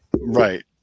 Right